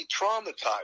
traumatized